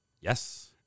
Yes